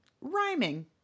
Rhyming